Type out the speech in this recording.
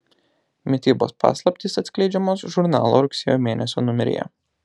mitybos paslaptys atskleidžiamos žurnalo rugsėjo mėnesio numeryje